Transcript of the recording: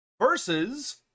versus